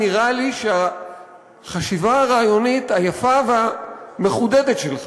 נראה לי שהחשיבה הרעיונית היפה והמחודדת שלך